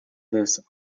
this